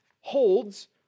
holds